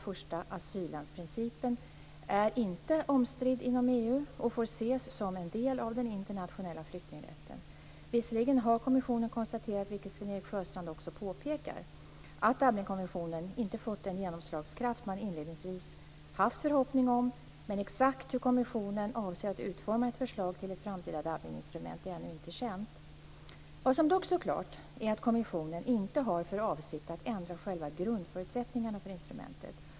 första-asyllands-principen, är inte omstridd inom EU och får ses som en del av den internationella flyktingrätten. Visserligen har kommissionen konstaterat, vilket Sven-Erik Sjöstrand också påpekar, att Dublinkonventionen inte fått den genomslagskraft man inledningsvis haft förhoppning om, men exakt hur kommissionen avser att utforma ett förslag till ett framtida Dublininstrument är ännu inte känt. Vad som dock står klart är att kommissionen inte har för avsikt att ändra själva grundförutsättningarna för instrumentet.